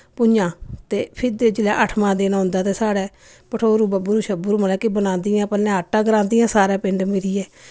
भु'ञां ते फ्ही जेल्लै अट्ठमां दिन औंदा ते साढ़ै भठोरू बब्बरू शब्बरू मतलब कि बनांदियां पैह्लें आटा ग्रांदियां सारै पिंड मिलियै